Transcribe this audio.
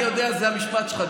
אני יודע, זה המשפט שלך.